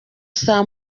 saa